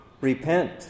Repent